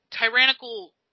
tyrannical